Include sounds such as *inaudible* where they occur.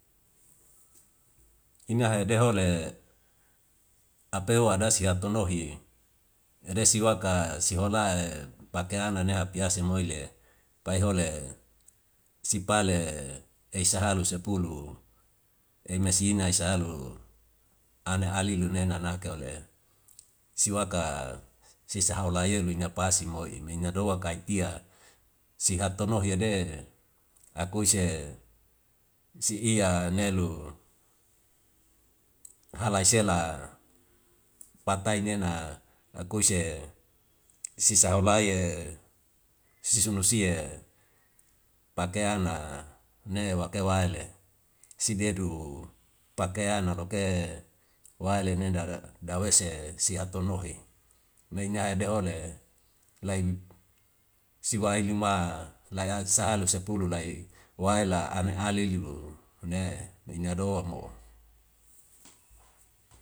Inga hede hole apeu adasi hatu nohi nadesi waka si hola *hesitation* pakeana ne hapiase moile pai hole sipale ei sahalu sepulu ei masi ina isa alu an alilu nena na ke ole si waka sisa haula yelu ina pase moi menga doa kai tia si hatono hia de akuise si ia nelu halai sela patai nena akuise sisa hau lai *hesitation* sisu nusie pakeana ne wake waele si dedu pakean no loke wae le nena dawese si hatunu nohi mei na hede ole lai siwai luma laya sahalu sepulu lai wae la an alili une ina doa mo.